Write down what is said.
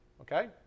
okay